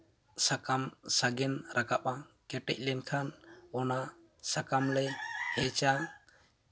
ᱥᱟᱠᱟᱢ ᱥᱟᱜᱮᱱ ᱨᱟᱠᱟᱵᱼᱟ ᱠᱮᱴᱮᱡ ᱞᱮᱱᱠᱷᱟᱱ ᱚᱱᱟ ᱥᱟᱠᱟᱢᱞᱮ ᱦᱮᱡᱟ